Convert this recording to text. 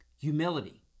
Humility